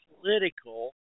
political